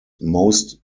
most